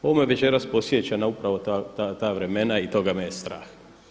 Ovo me večeras podsjeća upravo na ta vremena i toga me je strah.